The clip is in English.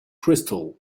crystal